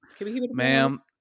Ma'am